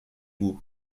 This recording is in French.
goût